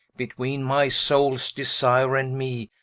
betweene my soules desire, and me,